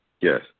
Yes